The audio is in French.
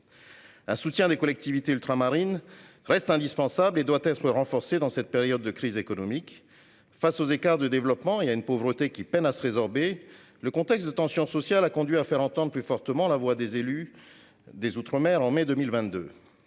de soutenir les collectivités ultramarines ; ce soutien doit même être renforcé en cette période de crise économique. Face aux écarts de développement et à une pauvreté qui peine à se résorber, le contexte de tension sociale a conduit à faire entendre plus fortement, en mai 2022, la voix des élus des outre-mer. Si cet